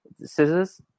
Scissors